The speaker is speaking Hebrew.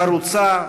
חרוצה,